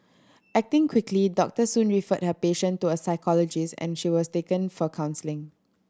acting quickly Doctor Soon referred her patient to a psychologist and she was taken for counselling